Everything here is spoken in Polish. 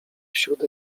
wśród